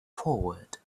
forward